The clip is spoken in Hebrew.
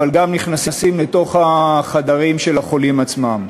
אבל גם נכנסים לחדרים של החולים עצמם.